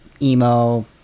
emo